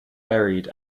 buried